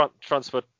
transfer